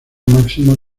máximo